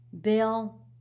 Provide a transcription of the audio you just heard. Bill